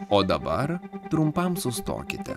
o dabar trumpam sustokite